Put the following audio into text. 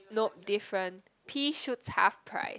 nope different pea should tough price